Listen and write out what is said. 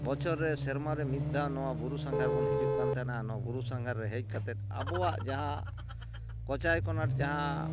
ᱵᱚᱪᱷᱚᱨ ᱨᱮ ᱥᱮᱨᱢᱟ ᱨᱮ ᱢᱤᱫ ᱫᱷᱟᱣ ᱱᱚᱣᱟ ᱵᱩᱨᱩ ᱥᱟᱸᱜᱷᱟᱨ ᱵᱚᱱ ᱦᱤᱡᱩᱜ ᱠᱟᱱ ᱛᱟᱦᱮᱱᱟ ᱵᱩᱨᱩ ᱥᱟᱸᱜᱷᱟᱨ ᱨᱮ ᱦᱮᱡ ᱠᱟᱛᱮᱫ ᱟᱵᱚᱣᱟᱜ ᱡᱟᱦᱟᱸ ᱠᱚᱪᱟᱭ ᱠᱚᱱᱟᱴ ᱡᱟᱦᱟᱸ